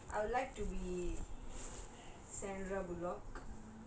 mine would be I would like to be